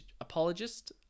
apologist